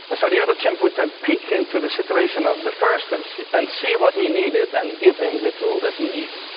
so the other chimp would then peek into the situation of the first and see and see what he needed and give him the tool that he needed.